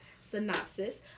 synopsis